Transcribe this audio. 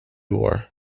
wore